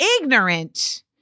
ignorant